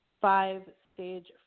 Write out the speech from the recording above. five-stage